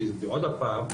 כי עוד הפעם,